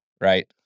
right